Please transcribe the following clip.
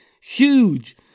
Huge